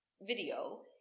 video